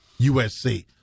USC